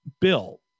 bill